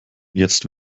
jetzt